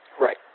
Right